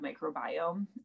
microbiome